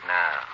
now